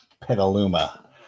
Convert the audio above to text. Petaluma